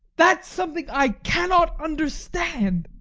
that's something i cannot understand.